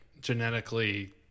genetically